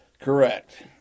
Correct